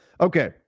Okay